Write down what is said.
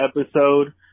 episode